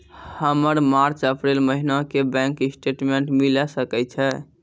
हमर March April महीना के बैंक स्टेटमेंट मिले सकय छै?